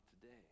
today